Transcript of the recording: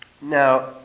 Now